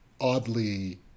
oddly